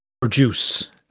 Produce